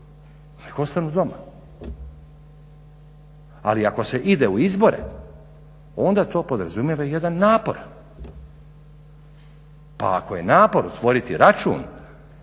ostanu doma. Ali ako se ide u izbore onda to podrazumijeva i jedna napor, pa ako je napor otvoriti račun,